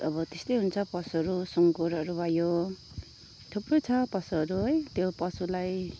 अब त्यस्तै हुन्छ पशुहरू सुँगुरहरू भयो थुप्रो छ पशुहरू है त्यो पशुलाई